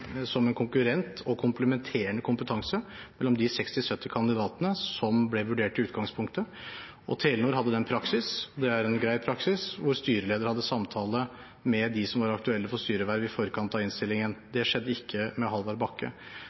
som en konkurrent og en komplementerende kompetanse mellom de 60–70 kandidatene som ble vurdert i utgangspunktet. Telenor hadde den praksis – og det er en grei praksis – at styreleder hadde samtaler med dem som var aktuelle for styreverv i forkant av innstillingen. Det skjedde ikke med